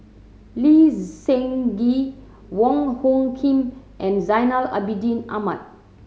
Lee Seng Gee Wong Hung Khim and Zainal Abidin Ahmad